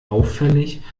auffällig